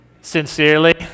Sincerely